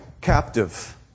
captive